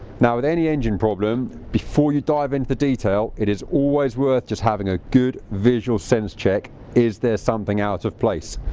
now at any engine problem before you dive into the detail it is always worth just having a good visual sense check. is there something out of place?